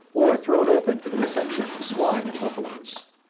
or thrown open for the reception of swine and buffaloes.